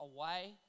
away